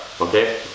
okay